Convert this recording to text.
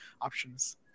options